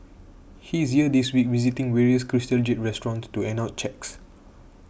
he is here this week visiting various Crystal Jade restaurants to hand out cheques